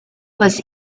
was